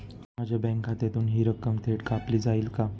माझ्या बँक खात्यातून हि रक्कम थेट कापली जाईल का?